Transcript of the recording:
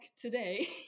today